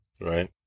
Right